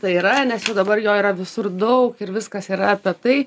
tai yra nes jau dabar jo yra visur daug ir viskas yra apie tai